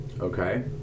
okay